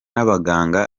abaganga